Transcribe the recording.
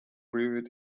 brewed